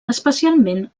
especialment